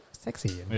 Sexy